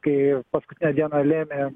kai paskutinę dieną lėmė